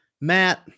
matt